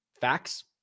facts